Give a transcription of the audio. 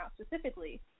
specifically